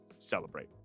celebrate